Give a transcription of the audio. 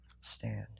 Stand